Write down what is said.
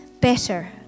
Better